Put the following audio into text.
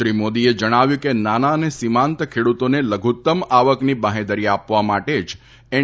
શ્રી મોદીએ જણાવ્યું હતું કે નાના અને સીમાંત ખેડૂતોને લઘુત્તમ આવકની બાંહેધરી આપવા માટે જ એન